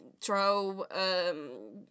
throw